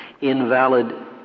invalid